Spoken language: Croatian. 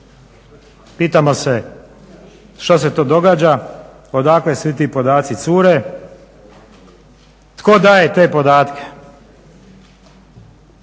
Pitamo se što se to događa, odakle svi ti podaci cure, tko daje te podatke?